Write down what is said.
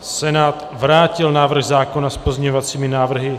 Senát vrátil návrh zákona s pozměňovacími návrhy.